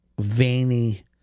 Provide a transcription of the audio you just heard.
veiny